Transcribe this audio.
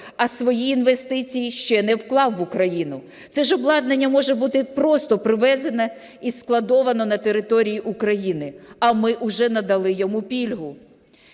а свої інвестиції ще не вклав в Україну. Це ж обладнання може бути просто привезене і складоване на території України, а ми вже надали йому пільгу.